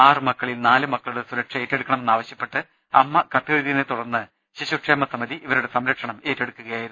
ആറ് മക്കളിൽ നാലു മക്കളുടെ സുരക്ഷ ഏറ്റെടുക്കണമെന്നാവശൃപ്പെട്ട് അമ്മ കത്തെ ഴുതിയതിനെ തുടർന്ന് ശിശുക്ഷേമ സമിതി ഇവരുടെ സംരക്ഷണം ഏറ്റെടുക്കുകയായിരുന്നു